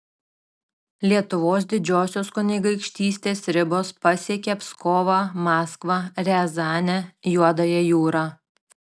lietuvos didžiosios kunigaikštystės ribos pasiekė pskovą maskvą riazanę juodąją jūrą